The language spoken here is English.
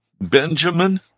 Benjamin